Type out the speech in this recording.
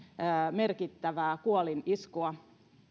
merkittävää kuoliniskua